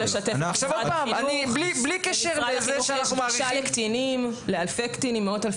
למשרד החינוך יש גישה למאות אלפי קטינים.